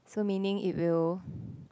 so meaning it will